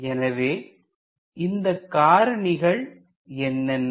எனவே இந்த காரணிகள் என்னென்ன